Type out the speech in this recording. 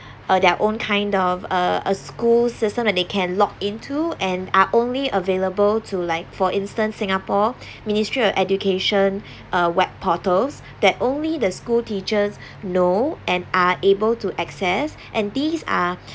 uh their own kind of uh a school system and they can log into and are only available to like for instance singapore ministry of education uh web portals that only the school teachers know and are able to access and these are